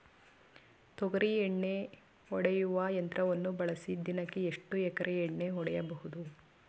ತೊಗರಿ ಎಣ್ಣೆ ಹೊಡೆಯುವ ಯಂತ್ರವನ್ನು ಬಳಸಿ ದಿನಕ್ಕೆ ಎಷ್ಟು ಎಕರೆ ಎಣ್ಣೆ ಹೊಡೆಯಬಹುದು?